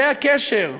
זה הקשר.